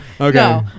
Okay